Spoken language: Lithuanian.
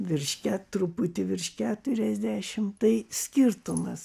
virš ket truputį virš keturiasdešim tai skirtumas